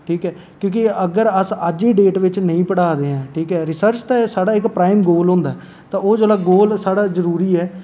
ठीक ऐ क्योंकि अगर अस अज्ज दी डेट च नेईं पढ़ाने ऐं रिसर्च ते साढ़ा इक्क प्राईम गोल होंदा ऐ ते ओह् जेल्लै गोल साढ़ा साढ़ा जरूरी ऐ